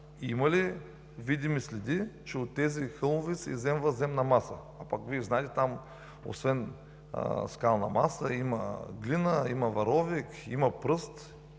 Има ли видими следи, че от тези хълмове се изземва земна маса? А пък Вие знаете, там, освен скална маса, има глина, има варовик, има пръст